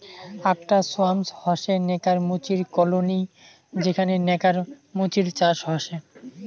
আকটা সোয়ার্ম হসে নেকার মুচির কলোনি যেখানে নেকার মুচির চাষ হসে